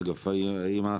אגב, אנחנו